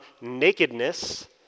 nakedness